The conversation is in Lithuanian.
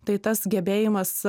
tai tas gebėjimas